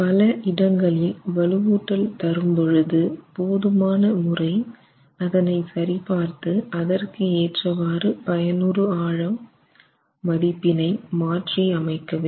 பல இடங்களில் வலுவூட்டல் தரும் பொழுது போதுமான முறை அதனை சரிபார்த்து அதற்கு ஏற்றவாறு பயனுறு ஆழம் மதிப்பினை மாற்றி அமைக்க வேண்டும்